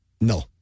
No